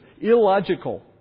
illogical